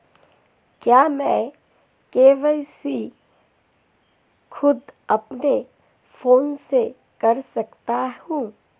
क्या मैं के.वाई.सी खुद अपने फोन से कर सकता हूँ?